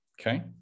okay